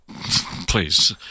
please